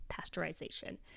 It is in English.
pasteurization